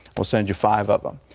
we'll send you five of them.